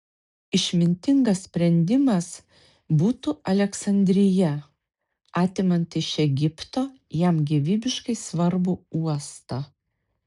išmintingas sprendimas būtų aleksandrija atimant iš egipto jam gyvybiškai svarbų uostą